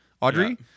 Audrey